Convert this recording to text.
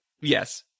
Yes